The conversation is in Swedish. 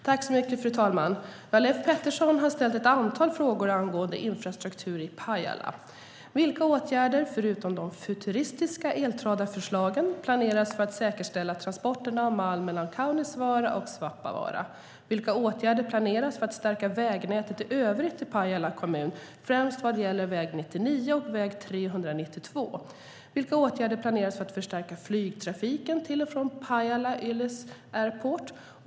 Fru talman! Leif Pettersson har ställt ett antal frågor angående infrastruktur i Pajala. Vilka åtgärder, förutom det futuristiska eltradarförslaget, planeras för att säkerställa transporterna av malm mellan Kaunisvaara och Svappavaara? Vilka åtgärder planeras för att stärka vägnätet i övrigt i Pajala kommun, främst vad gäller väg 99 och väg 392? Vilka åtgärder planeras för att förstärka flygtrafiken till och från Pajala-Ylläs airport?